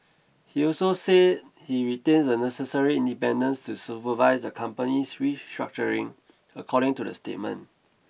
he also said he retains the necessary independence to supervise the company's restructuring according to the statement